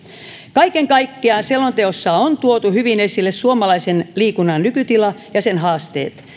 kaiken kaikkiaan selonteossa on tuotu hyvin esille suomalaisen liikunnan nykytila ja sen haasteet